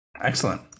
Excellent